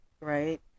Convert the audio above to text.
right